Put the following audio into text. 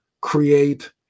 create